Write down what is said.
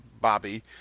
Bobby